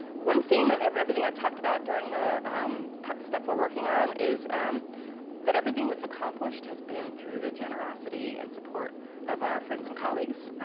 one theme, and everything i've talked about during the stuff we're working on is that everything we've accomplished has been through the generosity and support of our friends and colleagues.